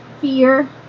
fear